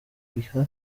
kuriha